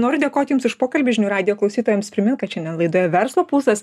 noriu dėkot jums už pokalbį žinių radijo klausytojams primint kad šiandien laidoje verslo pulsas